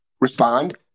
respond